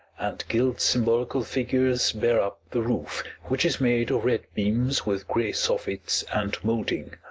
and gilt symbolical figures bear up the roof, which is made of red beams with grey soffits and moulding